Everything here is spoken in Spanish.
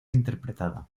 interpretada